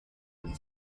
and